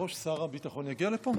אדוני היושב-ראש, שר הביטחון הגיע לפה?